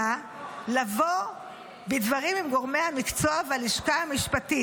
לבוא בדברים עם גורמי המקצוע בלשכה המשפטית.